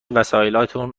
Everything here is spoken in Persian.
وسایلاتون